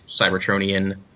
Cybertronian